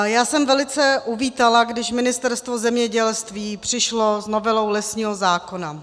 Já jsem velice uvítala, když Ministerstvo zemědělství přišlo s novelou lesního zákona.